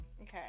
Okay